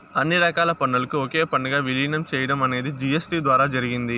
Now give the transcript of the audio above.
అన్ని రకాల పన్నులను ఒకే పన్నుగా విలీనం చేయడం అనేది జీ.ఎస్.టీ ద్వారా జరిగింది